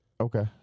Okay